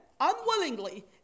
unwillingly